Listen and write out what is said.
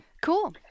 cool